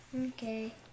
Okay